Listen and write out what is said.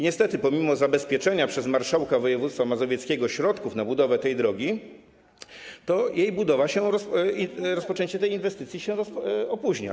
Niestety pomimo zabezpieczenia przez marszałka województwa mazowieckiego środków na budowę tej drogi jej budowa, rozpoczęcie tej inwestycji się opóźnia.